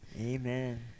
Amen